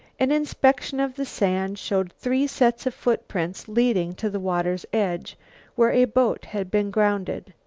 an inspection of the sand showed three sets of footprints leading to the water's edge where a boat had been grounded.